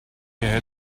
had